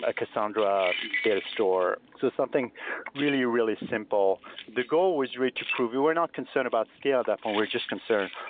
ah cassandra data store. so something really, really simple. the goal was really to prove we were not concerned about scaled up, um we're just concern,